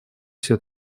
все